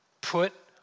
Put